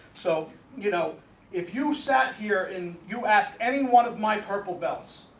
so you know if you sat here, and you asked any one of my purple belts?